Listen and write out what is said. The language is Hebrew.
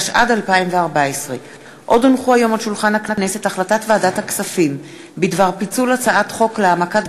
התשע"ד 2014. החלטת ועדת הכספים בדבר פיצול הצעת חוק להעמקת